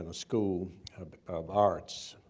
and school of arts,